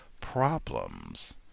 problems